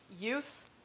youth